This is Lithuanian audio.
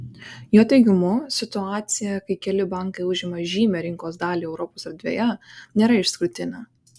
jo teigimu situacija kai keli bankai užima žymią rinkos dalį europos erdvėje nėra išskirtinė